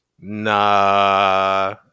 Nah